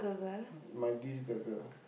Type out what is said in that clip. my this girl girl